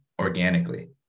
organically